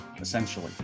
essentially